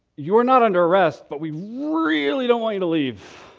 you're not under arrest, but we really don't want you to leave.